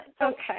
Okay